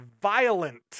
violent